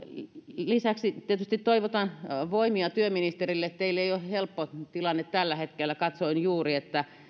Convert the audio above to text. lisäksi tietysti toivotan voimia työministerille teillä ei ole helppo tilanne tällä hetkellä katsoin juuri että